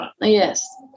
Yes